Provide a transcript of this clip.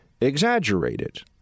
exaggerated